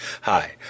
Hi